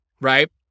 right